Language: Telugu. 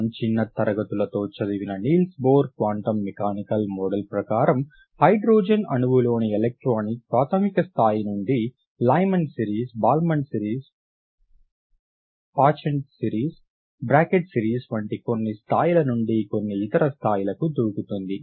మనం చిన్న తరగతులలో చదివిన Niels Bohr quantum mechanical model ప్రకారం హైడ్రోజన్ అణువులోని ఎలక్ట్రాన్ ప్రాథమిక స్థాయి నుండి Lyman series Balmer series Paschen series Brackett series వంటి కొన్ని స్థాయిల నుండి కొన్ని ఇతర స్థాయిలకు దూకుతుంది